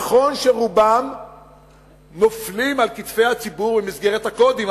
נכון שרובם נופלים על כתפי הציבור במסגרת הקודים,